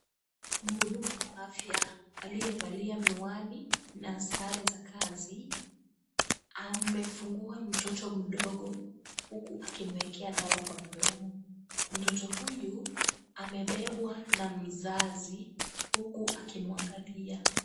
Mhudumu wa afya aliyevalia miwani na sare za kazi amefungua mtoto mdogo huku akimwekea dawa kwa mdomo. Mtoto huyu amebebwa na mzazi huku akimwangalia.